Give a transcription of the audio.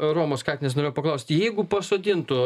romos katinės norėjau paklaust jeigu pasodintų